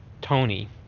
Tony